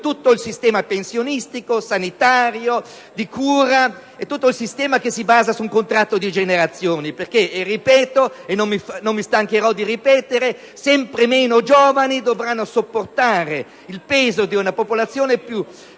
tutto il sistema pensionistico, sanitario e di cura, tutto il sistema che si basa sul contratto di generazione. Ripeto, e non mi stancherò di farlo: sempre meno giovani dovranno sopportare il peso di una popolazione